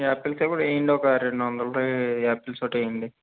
Apple కాయకూడ వెయ్యండి ఒక రెండొందలు యాపిల్స్ అట్లా వెయ్యండి